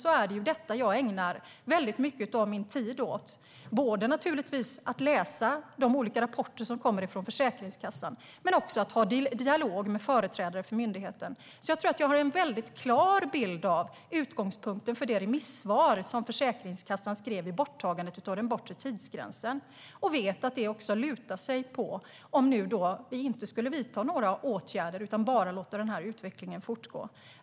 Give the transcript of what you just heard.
Det handlar ju om något som jag ägnar väldigt mycket av min tid åt - både att läsa de olika rapporter som kommer från Försäkringskassan och att ha dialog med företrädare för myndigheten. Jag tror alltså att jag har en klar bild av utgångspunkten för det remissvar som Försäkringskassan skrev vid borttagandet av den bortre tidsgränsen. Jag vet också att det lutar sig på hur det skulle vara om vi inte skulle vidta några åtgärder utan bara låta utvecklingen fortgå.